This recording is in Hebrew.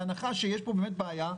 בהנחה שיש כאן באמת בעיה,